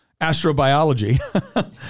astrobiology